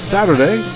Saturday